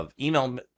email